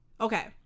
okay